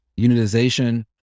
unitization